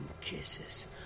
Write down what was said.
kisses